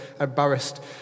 embarrassed